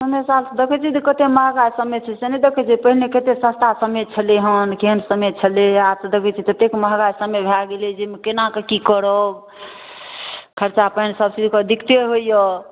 समय साल देखै छिए जे कतेक महगा समय छै से नहि देखै छिए पहिने कतेक सस्ता समय छलै हँ केहन समय छलै आब तऽ देखै छिए ततेक महगा समय भऽ गेलै जे एहिमे कोना कि करब खरचा पानि सबचीजके दिक्कते होइए